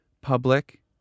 public